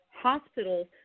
hospitals